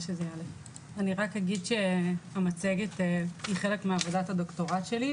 אני רק אגיד שהמצגת היא חלק מעבודת הדוקטורט שלי,